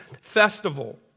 festival